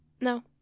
No